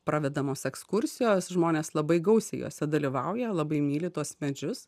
pravedamos ekskursijos žmonės labai gausiai jose dalyvauja labai myli tuos medžius